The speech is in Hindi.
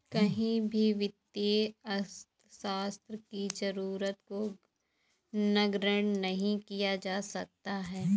कहीं भी वित्तीय अर्थशास्त्र की जरूरत को नगण्य नहीं किया जा सकता है